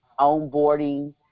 onboarding